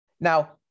Now